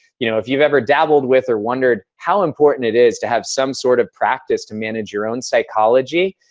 you know, if you ever dabbled with or wondered how important it is to have some sort of practice to manage your own psychology,